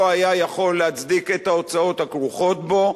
יכול היה להצדיק את ההוצאות הכרוכות בו,